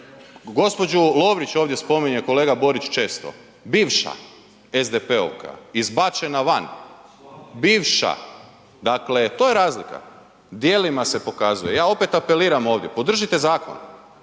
Gospođu Lovrić ovdje spominje kolega Borić često, bivša SDP-ovka izbačena van, bivša. Dakle to je razlika, djelima se pokazuje. Ja opet apeliram ovdje, podržite zakon.